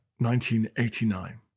1989